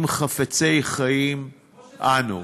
אם חפצי חיים אנו.